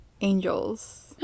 Angels